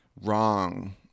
wrong